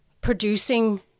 producing